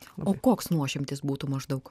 o koks nuošimtis būtų maždaug